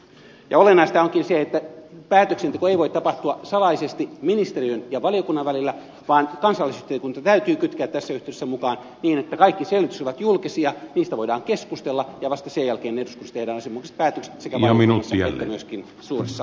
olennaista onkin se että päätöksenteko ei voi tapahtua salaisesti ministeriön ja valiokunnan välillä vaan kansalaisyhteiskunta täytyy kytkeä tässä yhteydessä mukaan niin että kaikki selvitykset ovat julkisia niistä voidaan keskustella ja vasta sen jälkeen eduskunnassa tehdään asianmukaiset päätökset sekä valiokunnassa että myöskin suuressa salissa